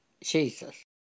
Jesus